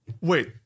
Wait